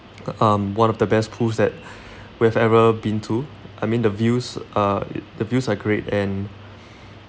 um one of the best pools that we've ever been to I mean the views uh the views are great and